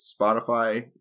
Spotify